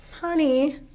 Honey